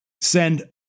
Send